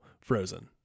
frozen